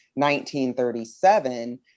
1937